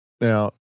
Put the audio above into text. Now